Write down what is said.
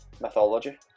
mythology